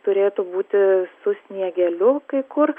turėtų būti su sniegeliu kai kur